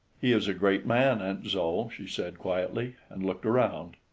he is a great man, aunt zoe, she said quietly, and looked round.